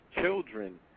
children